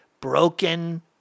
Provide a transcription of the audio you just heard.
broken